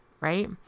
right